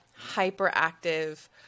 hyperactive